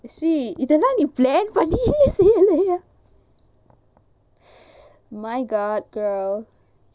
see it doesn't plan my god girl